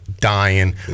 dying